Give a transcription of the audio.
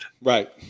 Right